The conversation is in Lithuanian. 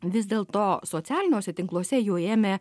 vis dėlto socialiniuose tinkluose jau ėmė